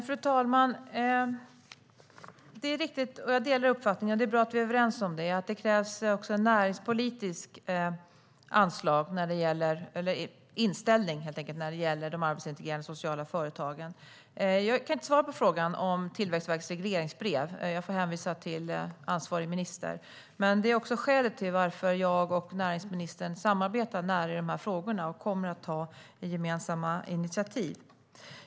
Fru talman! Jag delar uppfattningen att det också krävs en näringspolitisk inställning när det gäller de arbetsintegrerande sociala företagen. Det är bra att vi är överens om det. Jag kan inte svara på frågan om Tillväxtverkets regleringsbrev. Jag får hänvisa till ansvarig minister. Men det är också skälet till att jag och näringsministern samarbetar nära i dessa frågor och kommer att ta gemensamma initiativ.